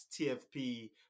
TFP